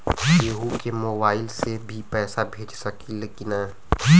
केहू के मोवाईल से भी पैसा भेज सकीला की ना?